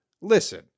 Listen